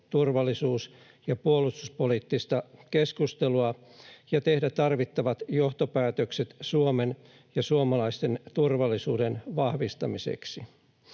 turvallisuus- ja puolustuspoliittista keskustelua ja tehdä tarvittavat johtopäätökset Suomen ja suomalaisten turvallisuuden vahvistamiseksi.